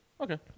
Okay